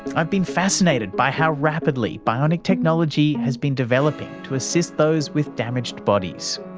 i've been fascinated by how rapidly bionic technology has been developing to assist those with damaged bodies.